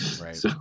Right